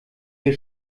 wir